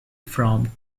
from